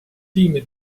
tiimi